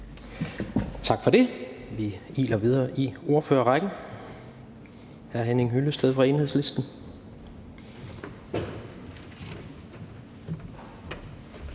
Tak for det. Vi iler videre i ordførerrækken til hr. Henning Hyllested fra Enhedslisten.